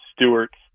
Stewart